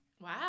Wow